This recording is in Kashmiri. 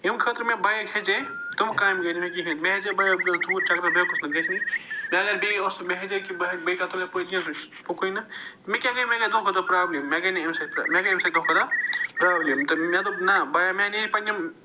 ییٚمہِ خٲطرٕ مےٚ بایِک ہٮ۪ژے تِمہٕ کامہِ گٔے نہٕ مےٚ کِہیٖنٛۍ مےٚ ہٮ۪ژے بایِک بہٕ گژھٕ دوٗر چکرس بہٕ ہیوٚکُس نہٕ گژھنی وۅنۍ اگر بیٚیہِ اوس مےٚ ہٮ۪ژے کہِ بہٕ ہٮ۪کہٕ بیٚیہِ یپٲرۍ کِنۍ نیٖرتھٕے پوٚکے نہٕ مےٚ کیٛاہ گٔے وۅنۍ دۄہ کھۄتہٕ دۄہ پرٛابلِم مےٚ گٔے نہٕ اَمہِ سۭتۍ مےٚ گٔے اَمہِ سۭتۍ دۄہ کھۄتہٕ پرٛابلِم تہٕ مےٚ دوٚپ نا بایا مےٚ اَناے یہِ پنٕنہِ